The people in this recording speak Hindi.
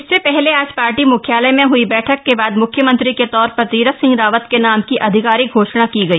इससे पहले आज पार्टी मुख्यालय में हई बैठक के बाद मुख्यमंत्री के तौर पर तीरथ सिंह रावत के नाम की आधिकारिक घोषणा की गई